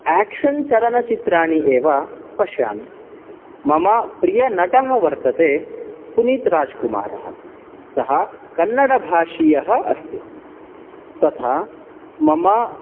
action चलनचित्राणि एव पश्यामि मम प्रियनटः वर्तते पुनीत् राज्कुमारः सः कन्नडभाषीयः अस्ति तथा मम